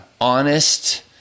honest